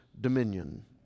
dominion